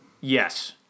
Yes